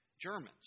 Germans